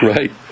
Right